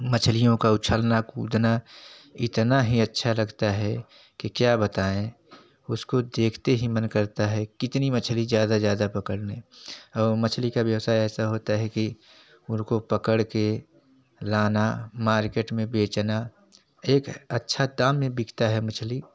मछलियों का उछलना कूदना इतना ही अच्छा लगता है कि क्या बताएँ उसको देखते ही मन करता है कितनी मछली ज़्यादा ज़्यादा पकड़ लें और मछली का व्यवसाय ऐसा होता है कि उनको पकड़ के लाना मार्केट में बेचना एक अच्छा दाम में बिकता है मछली